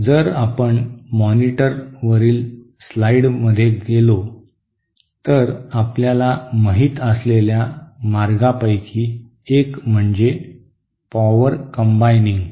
जर आपण मॉनिटरवरील स्लाइड्सवर गेलो तर आपल्याला माहित असलेल्या मार्गांपैकी एक म्हणजे "पॉवर कम्बायनिंग